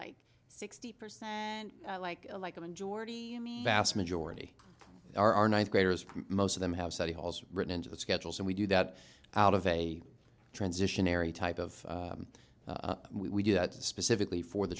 like sixty percent like a like a majority vast majority are our ninth graders most of them have study halls written into the schedules and we do that out of a transitionary type of we do that to specifically for the